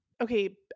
Okay